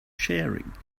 sharing